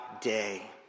day